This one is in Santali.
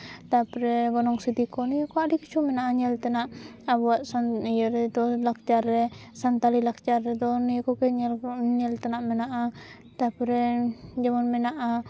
ᱛᱟᱯᱚᱨᱮ ᱜᱚᱱᱚᱝ ᱥᱤᱫᱤ ᱠᱚ ᱱᱤᱭᱟᱹ ᱠᱚ ᱟᱹᱰᱤ ᱠᱤᱪᱷᱩ ᱢᱮᱱᱟᱜᱼᱟ ᱧᱮᱞ ᱛᱮᱱᱟᱜ ᱟᱵᱚᱱᱟᱣᱟᱜ ᱥᱟᱱ ᱤᱭᱟᱹ ᱨᱮᱫᱚ ᱞᱟᱠᱪᱟᱨ ᱨᱮ ᱥᱟᱱᱛᱟᱲᱤ ᱞᱟᱠᱪᱟᱨ ᱨᱮᱫᱚ ᱱᱤᱭᱟᱹ ᱠᱚᱜᱮ ᱧᱮᱞ ᱛᱮᱱᱟᱜ ᱢᱮᱱᱟᱜᱼᱟ ᱛᱟᱯᱚᱨᱮ ᱡᱮᱢᱚᱱ ᱢᱮᱱᱟᱜᱼᱟ